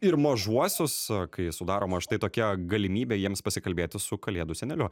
ir mažuosius kai sudaroma štai tokia galimybė jiems pasikalbėti su kalėdų seneliu